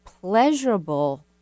pleasurable